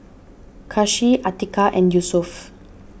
Kasih Atiqah and Yusuf